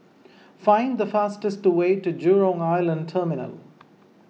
find the fastest way to Jurong Island Terminal